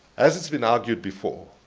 as it's been argued before,